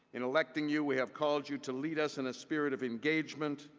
in electing you, we have called you to lead us in a spirit of engagement,